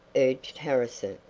urged harrison,